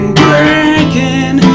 breaking